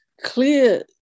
clear